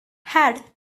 had